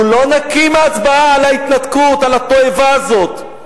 הוא לא נקי מההצבעה על ההתנתקות, על התועבה הזאת.